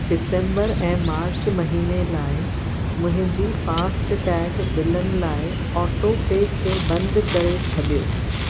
डिसंबर ऐं मार्च महिने लाइ मुंहिंजी फ़ास्टैग बिलनि लाइ ऑटोपे खे बंदि करे छॾियो